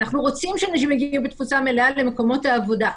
אנחנו רוצים שאנשים יגיעו בתפוסה מלאה למקומות העבודה.